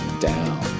down